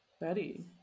Betty